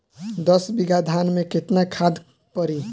दस बिघा धान मे केतना खाद परी?